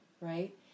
Right